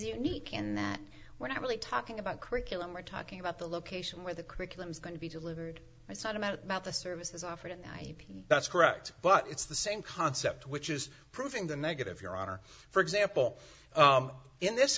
unique in that when i'm really talking about curriculum we're talking about the location where the curriculum is going to be delivered by saddam out about the services offered at night that's correct but it's the same concept which is proving the negative your honor for example in this